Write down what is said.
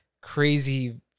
crazy